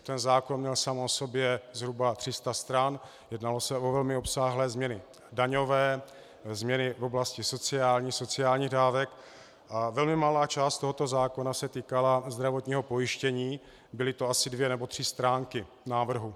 Ten zákon měl sám o sobě zhruba 300 stran, jednalo se o velmi obsáhlé změny daňové, změny v oblasti sociální, sociálních dávek a velmi malá část tohoto zákona se týkala zdravotního pojištění, byly to asi dvě nebo tři stránky návrhu.